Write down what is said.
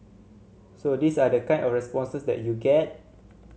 so these are the kind of responses that you get